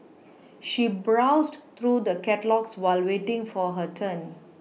she browsed through the catalogues while waiting for her turn